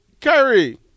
Kyrie